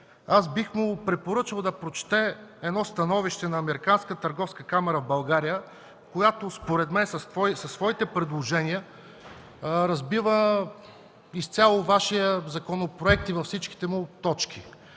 бих му препоръчал да прочете едно становище на Американската търговска камара в България, която според мен със своите предложения разбива изцяло Вашия законопроект във всичките му точки.